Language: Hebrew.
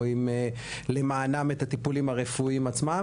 או עם למנעם את הטיפולים הרפואיים עצמם,